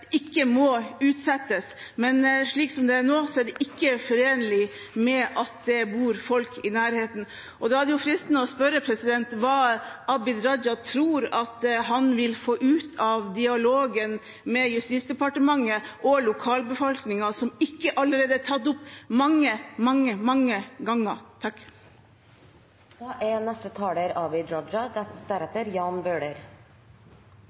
ikke må utsettes. Men slik som det er nå, er det ikke forenlig med at det bor folk i nærheten. Da er det fristende å spørre hva Abid Raja tror at han vil få ut av dialogen med Justisdepartementet og lokalbefolkningen som ikke allerede er tatt opp mange, mange, mange ganger. Representanten Abid Q. Raja